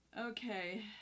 okay